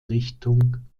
richtung